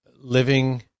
Living